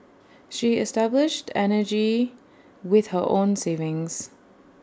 she established energy with her own savings